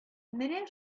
менә